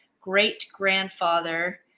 great-grandfather